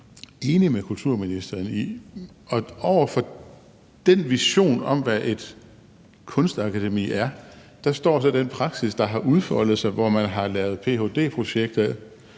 enig med kulturministeren i. Over for den vision om, hvad et kunstakademi er, står så den praksis, der har udfoldet sig, hvor man har lavet ph.d.-projekter